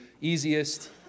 easiest